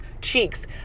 cheeks